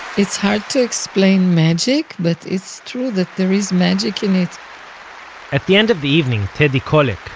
it's hard to explain magic, but it's true, that there is magic in it at the end of the evening, teddy kollek,